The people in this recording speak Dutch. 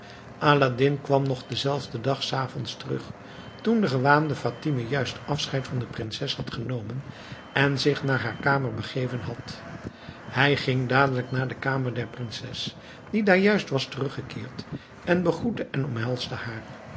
aladdin kwam nog denzelfden dag s avonds terug toen de gewaande fatime juist afscheid van de prinses had genomen en zich naar haar kamer begeven had hij ging dadelijk naar de kamer der prinses die daar juist was teruggekeerd en begroette en omhelsde haar